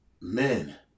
men